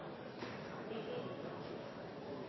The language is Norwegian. for at han